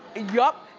ah yup,